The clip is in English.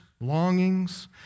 longings